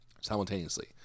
simultaneously